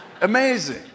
Amazing